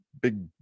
big